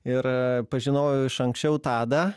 ir pažinojau iš anksčiau tadą